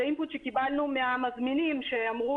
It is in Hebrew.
זה אינפוט שקיבלנו מהמזמינים שאמרו